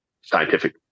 scientific